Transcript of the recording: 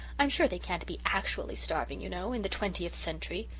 i'm sure they can't be actually starving you know, in the twentieth century.